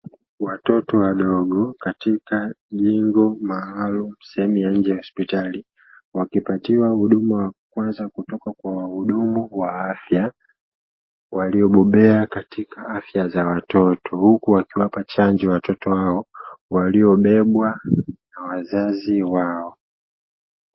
Watoto wadogo katika jengo maalumu sehemu ya nnje ya jengo la hospitali wakipatiwa huduma ya kwanza kutoka kwa wahudumu wa afya waliobobea katika afya za watoto, huku wakiwapa chanjo watoto hao waliobebwa na wazazi wao.